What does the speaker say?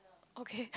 okay